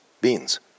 beans